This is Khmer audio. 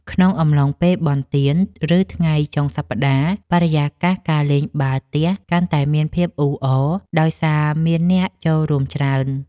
ក្នុងអំឡុងពេលបុណ្យទាន ឬថ្ងៃចុងសប្តាហ៍ បរិយាកាសនៃការលេងបាល់ទះកាន់តែមានភាពអ៊ូអរ ដោយសារមានអ្នកចូលរួមច្រើន។